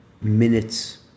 minutes